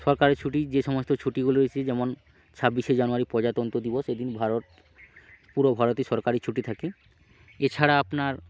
সরকারি ছুটি যে সমস্ত ছুটিগুলি রয়েছে যেমন ছাব্বিশে জানুয়ারি প্রজাতন্ত্র দিবস এই দিন ভারত পুরো ভারতে সরকারি ছুটি থাকে এছাড়া আপনার